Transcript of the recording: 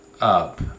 up